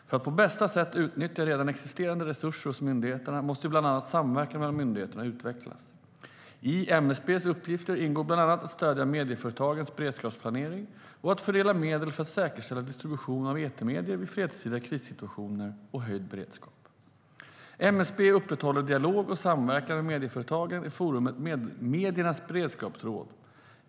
För att på bästa sätt utnyttja redan existerande resurser hos myndigheterna måste bland annat samverkan mellan myndigheterna utvecklas.I MSB:s uppgifter ingår bland annat att stödja medieföretagens beredskapsplanering och att fördela medel för att säkerställa distribution av etermedier vid fredstida krissituationer och höjd beredskap. MSB upprätthåller dialog och samverkan med medieföretagen i forumet Mediernas beredskapsråd.